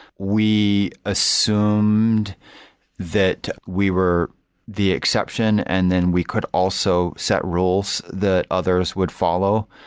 we assumed that we were the exception and then we could also set rules that others would follow,